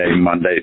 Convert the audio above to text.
Monday